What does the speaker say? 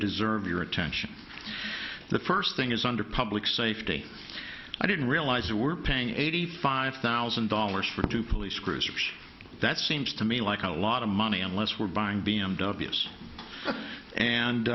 deserve your attention the first thing is under public safety i didn't realize they were paying eighty five thousand dollars for two police cruisers that seems to me like a lot of money unless we're buying b m w s and